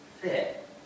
fit